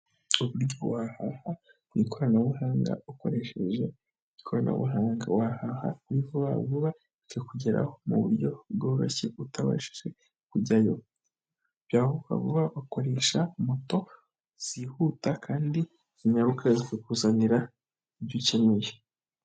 Uburyo wahaha mu ikoranabuhanga ukoresheje ikoranabuhanga wahaha vuba vuba bikakugeraho mu buryo bworoshye, utabashije kujyayo byihuka vuba bakoresha moto zihuta kandi zinyaruka zikuzanira ibyo ukeneye.